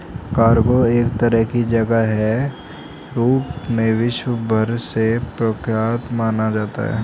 cargo एक तरह के जहाज के रूप में विश्व भर में प्रख्यात माना जाता है